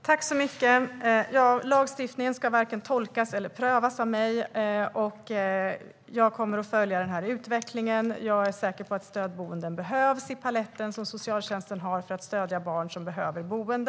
Fru talman! Lagstiftningen ska varken tolkas eller prövas av mig. Jag kommer att följa utvecklingen. Jag är säker på att stödboenden behövs i den palett som socialtjänsten har för att stödja barn som behöver boende.